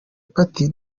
party